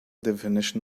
definition